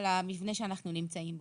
על המבנה שאנחנו נמצאים בו: